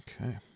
Okay